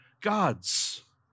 gods